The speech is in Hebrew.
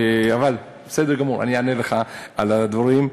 אבל בסדר גמור, אני אענה לך על הדברים.